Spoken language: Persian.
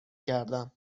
کردم